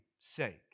sake